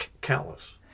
countless